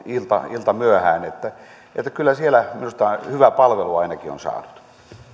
iltamyöhään kyllä siellä minusta hyvää palvelua ainakin on saanut